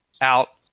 out